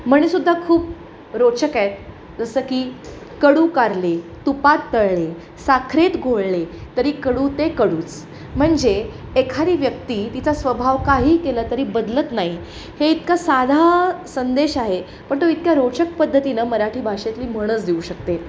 म्हणी सुद्धा खूप रोचक आहेत जसं की कडू कारले तुपात तळले साखरेत घोळले तरी कडू ते कडूच म्हणजे एखादी व्यक्ती तिचा स्वभाव काही केला तरी बदलत नाही हे इतकं साधा संदेश आहे पण तो इतक्या रोचक पद्धतीनं मराठी भाषेतली म्हणच देऊ शकते